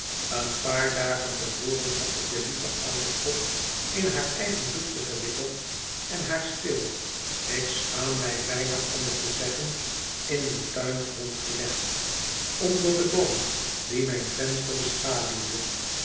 een paar dagen te voren had ik de lieve oude pop in haar eigen doekje gewikkeld en haar stil ik schaam mij bijna om het te zeggen in den tuingrond gelegd onder den boom die mijn venster beschaduwde